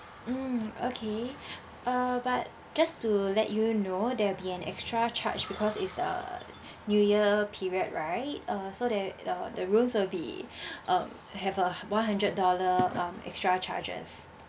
mm okay uh but just to let you know there'll be an extra charge because it's the new year period right uh so that uh the rooms will be uh have a one hundred dollar um extra charges